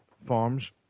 farms